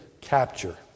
capture